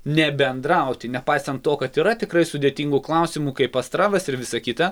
nebendrauti nepaisant to kad yra tikrai sudėtingų klausimų kaip astravas ir visa kita